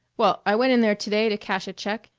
well, i went in there to-day to cash a check,